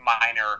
minor